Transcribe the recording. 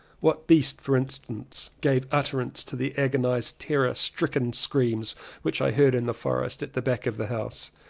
what beast, for instance, gave utterance to the agonized terror-stricken screams which i heard in the forest at the back of the house,